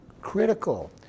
critical